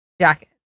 jacket